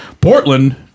Portland